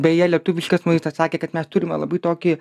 beje lietuviškas maistas sakė kad mes turime labai tokį